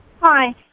Hi